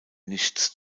nichts